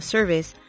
Service